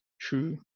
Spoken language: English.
true